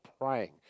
praying